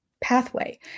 pathway